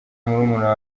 murumuna